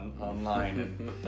online